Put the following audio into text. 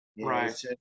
Right